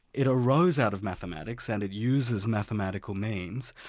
it arose out of mathematics and it uses mathematical means,